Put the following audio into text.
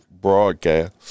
broadcast